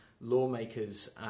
lawmakers